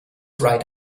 write